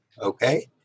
Okay